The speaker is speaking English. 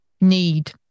need